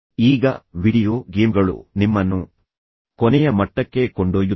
ಈಗ ವಿಡಿಯೋ ಗೇಮ್ಗಳು ನಿಮ್ಮನ್ನು ಕೊನೆಯ ಮಟ್ಟಕ್ಕೆ ಕೊಂಡೊಯ್ಯುತ್ತವೆ